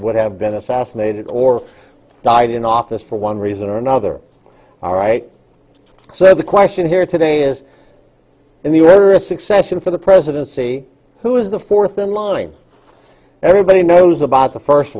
would have been assassinated or died in office for one reason or another all right so the question here today is and they were a succession for the presidency who is the fourth in line everybody knows about the first